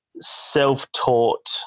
self-taught